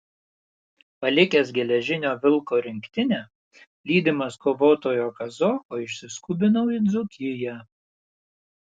palikęs geležinio vilko rinktinę lydimas kovotojo kazoko išsiskubinau į dzūkiją